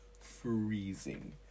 freezing